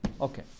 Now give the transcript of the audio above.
okay